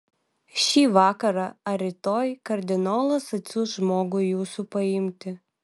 šį vakarą ar rytoj kardinolas atsiųs žmogų jūsų paimti